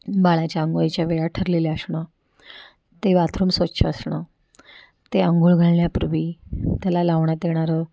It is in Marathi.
बाळाच्या अंघोळीच्या वेळा ठरलेल्या असणं ते बाथरूम स्वच्छ असणं ते अंघोळ घालण्यापूर्वी त्याला लावण्यात येणारं